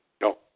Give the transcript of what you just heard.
No